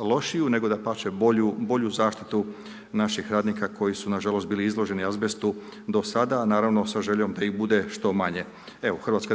lošiju nego dapače bolju zaštitu napih radnika koji su nažalost bili izloženi azbestu do sada a naravno sa željom da ih bude što manje. Evo HDZ